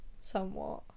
somewhat